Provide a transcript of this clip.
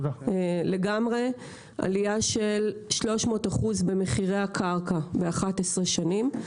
מדובר בעלייה של 300% במחירי הקרקע ב-11 שנים.